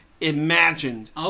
imagined